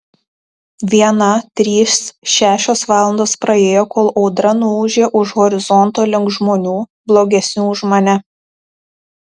viena trys šešios valandos praėjo kol audra nuūžė už horizonto link žmonių blogesnių už mane